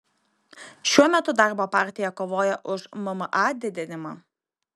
šiuo metu darbo partija kovoja už mma didinimą